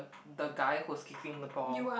the guy who's kicking the ball